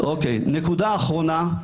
אוקיי, נקודה אחרונה.